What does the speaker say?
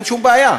אין שום בעיה.